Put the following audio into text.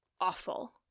awful